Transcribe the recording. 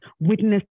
witness